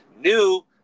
new